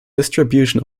distribution